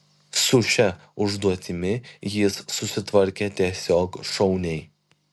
su šia užduotimi jis susitvarkė tiesiog šauniai